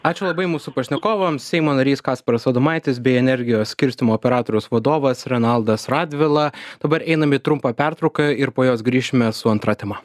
ačiū labai mūsų pašnekovams seimo narys kasparas adomaitis bei energijos skirstymo operatoriaus vadovas renaldas radvila dabar einam į trumpą pertrauką ir po jos grįšime su antra tema